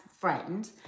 friend